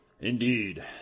Indeed